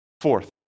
Fourth